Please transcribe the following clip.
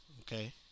Okay